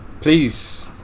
Please